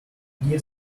give